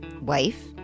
wife